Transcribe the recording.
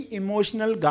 emotional